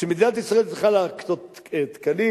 מדינת ישראל צריכה להקצות תקנים,